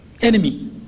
enemy